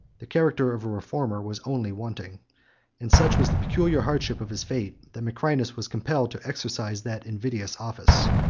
the character of a reformer was only wanting and such was the peculiar hardship of his fate, that macrinus was compelled to exercise that invidious office.